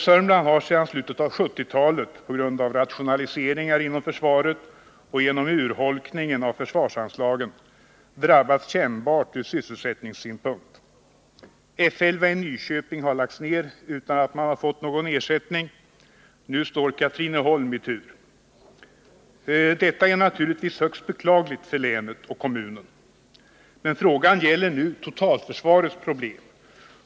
Södermanland har sedan slutet av 1970-talet på grund av rationaliseringar inom försvaret och genom urholkningen av försvarsanslagen drabbats kännbart ur sysselsättningssynpunkt. F 11 i Nyköping har lagts ned utan att man har fått någon ersättning. Nu står Katrineholm i tur. Det är naturligtvis högst beklagligt för länet och kommunen. Men frågan gäller nu totalförsvarets problem.